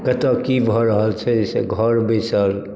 कतय की भऽ रहल छै से घर बैसल